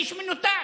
איש מנותק.